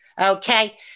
Okay